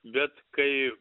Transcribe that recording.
bet kai